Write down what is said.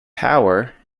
power